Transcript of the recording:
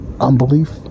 unbelief